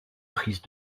prise